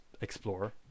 explore